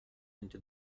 into